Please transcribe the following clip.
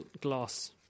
glass